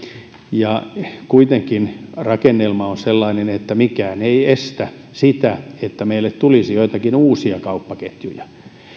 kuitenkin rakennelma on sellainen että mikään ei estä sitä että meille tulisi joitakin uusia kauppaketjuja